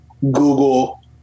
Google